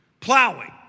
plowing